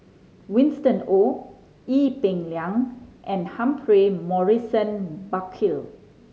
Winston Oh Ee Peng Liang and Humphrey Morrison Burkill